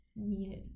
Needed